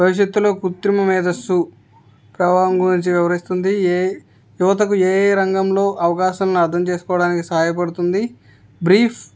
భవిష్యత్తులో కృత్రిమ మేధస్సు ప్రభావం గురించి వివరిస్తుంది ఏ యువతకు ఏ ఏ రంగంలో అవకాశంను అర్థం చేసుకోవడానికి సాయపడుతుంది బ్రీఫ్